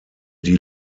die